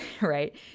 right